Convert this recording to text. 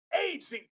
aging